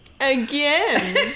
again